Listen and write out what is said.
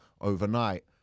overnight